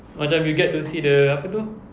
macam we get to see the apa itu